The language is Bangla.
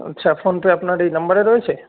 আচ্ছা ফোনপে আপনার এই নাম্বারে রয়েছে